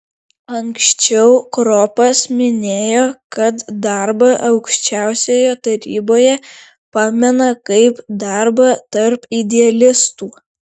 anksčiau kropas minėjo kad darbą aukščiausioje taryboje pamena kaip darbą tarp idealistų